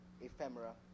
Ephemera